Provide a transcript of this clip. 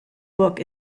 book